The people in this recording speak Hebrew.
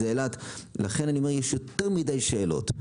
לכן יש יותר מדי שאלות.